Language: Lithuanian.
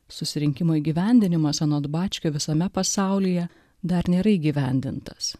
susirinkimo įgyvendinimas anot bačkio visame pasaulyje dar nėra įgyvendintas